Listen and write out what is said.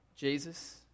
Jesus